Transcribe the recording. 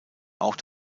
auch